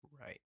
right